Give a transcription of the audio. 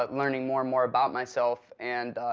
but learning more and more about myself, and,